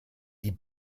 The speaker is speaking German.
die